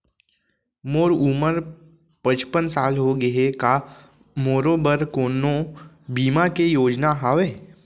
मोर उमर पचपन साल होगे हे, का मोरो बर कोनो बीमा के योजना हावे?